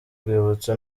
rwibutso